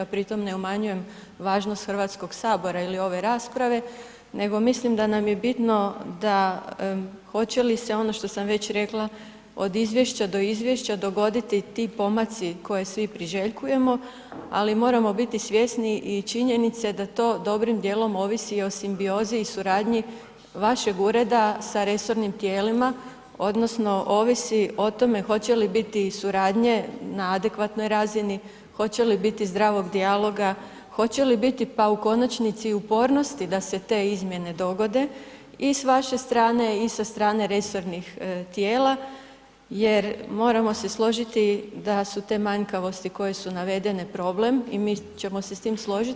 Pritom ne umanjujem važnost HS-a ili ove rasprave, nego mislim da nam je bitno da hoće li se ono što sam već rekla, od izvješća da izvješća dogoditi ti pomaci koje svi priželjkujemo, ali moramo biti svjesni i činjenice da to dobrim dijelom ovisi o simbiozi i suradnji vašeg ureda sa resornim tijelima, odnosno ovisi o tome hoće li biti i suradnje na adekvatnoj razini, hoće li biti zdravog dijaloga, hoće li biti, pa u konačnici i upornosti da se te izmjene dogode i s vaše strane i sa strane resornih tijela jer moramo se složiti da su te manjkavosti koje su navedene problem i mi ćemo se s tim složiti.